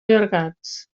allargats